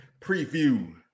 Preview